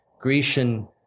Grecian